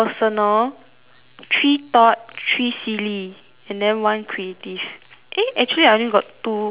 three thought three silly and then one creative eh actually I only got two silly